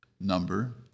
number